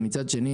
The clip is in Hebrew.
ומצד שני,